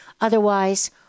Otherwise